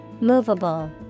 Movable